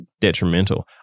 detrimental